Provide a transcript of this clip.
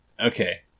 Okay